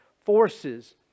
forces